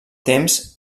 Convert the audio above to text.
temps